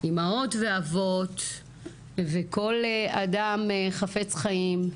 אימהות ואבות וכל אדם חפץ חיים,